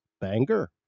banger